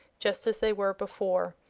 just as they were before.